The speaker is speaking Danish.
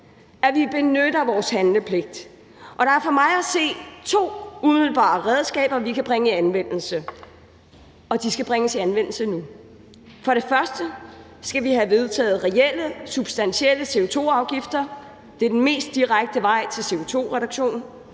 at vi benytter vores handlepligt. Og der er for mig at se to umiddelbare redskaber, vi kan bringe i anvendelse, og de skal bringes i anvendelse nu. For det første skal vi have vedtaget reelle, substantielle CO2-afgifter. Det er den mest direkte vej til CO2-reduktion.